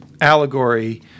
allegory –